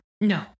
No